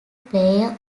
player